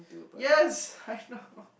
yes I know